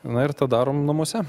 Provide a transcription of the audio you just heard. na ir tą darom namuose